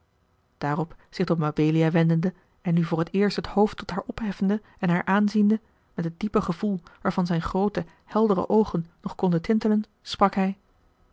daarop zich tot mabelia wendende en nu voor het eerst het hoofd tot haar opheffende en haar aanziende met een diep gevoel waarvan zijne groote heldere oogen nog konden tintelen sprak hij